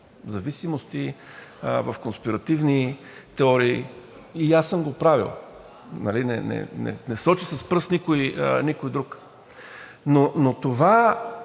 зависимости, в конспиративни теории – и аз съм го правил, не соча с пръст никой друг. Но това